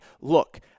look